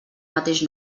mateix